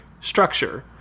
structure